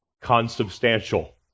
consubstantial